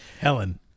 Helen